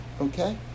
Okay